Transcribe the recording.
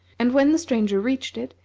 and when the stranger reached it,